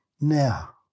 Now